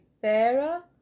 fairer